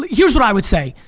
here's what i would say.